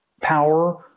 power